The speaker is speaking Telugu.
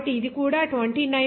కాబట్టి ఇది కూడా 29